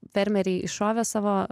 fermeriai iššovė savo